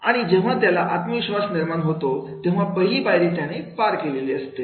आणि जेव्हा त्याला आत्मविश्वास निर्माण होतो तेव्हा पहिली पायरी त्याने पार केलेली असते